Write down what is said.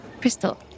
Crystal